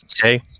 Okay